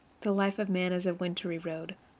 the life of man is a wintry road.